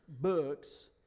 books